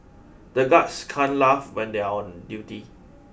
the guards can't laugh when they are on duty